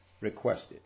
requested